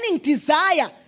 desire